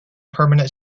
permanent